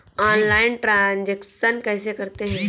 Online transaction कैसे करते हैं?